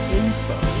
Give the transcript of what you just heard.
info